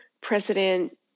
President